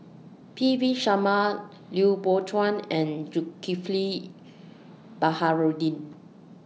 P V Sharma Lui Pao Chuen and Zulkifli Baharudin